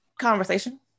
Conversation